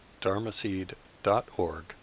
dharmaseed.org